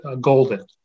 Golden